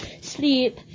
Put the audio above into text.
sleep